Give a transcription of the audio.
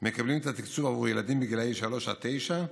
מקבלים את התקצוב עבור ילדים בגילאי שלוש עד תשע,